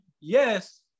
Yes